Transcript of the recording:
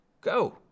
Go